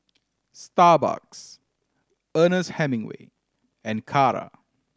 Starbucks Ernest Hemingway and Kara